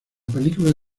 película